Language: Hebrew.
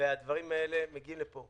והדברים האלה מגיעים לפה.